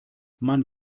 man